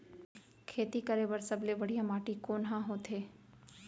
खेती करे बर सबले बढ़िया माटी कोन हा होथे?